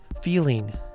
feeling